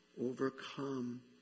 overcome